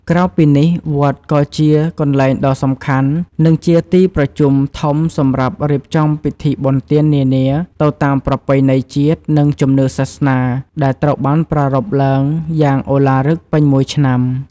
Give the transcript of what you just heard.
ក្រៅពីនេះ វត្តក៏ជា កន្លែងដ៏សំខាន់ និងជាទីប្រជុំធំសម្រាប់រៀបចំពិធីបុណ្យទាននានា ទៅតាមប្រពៃណីជាតិ និងជំនឿសាសនា ដែលត្រូវបានប្រារព្ធឡើងយ៉ាងឱឡារិកពេញមួយឆ្នាំ។